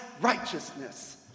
righteousness